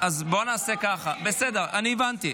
נעשה ככה, אני הבנתי.